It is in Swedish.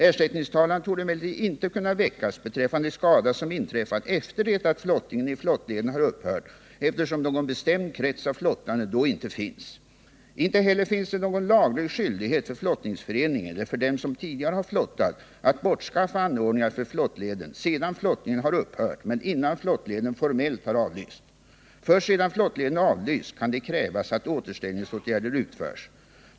Ersättningstalan torde emellertid inte kunna väckas beträffande skada som inträffat efter det att flottningen i flottleden har upphört, eftersom någon bestämd krets av flottande då inte finns. Inte heller finns det någon laglig skyldighet för flottningsförening eller för dem som tidigare har flottat att bortskaffa anordningar för flottleden sedan flottningen har upphört men innan flottleden formellt har avlysts. Först sedan flottleden avlysts kan det krävas att återställningsåtgärder utförs.